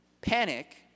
panic